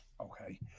Okay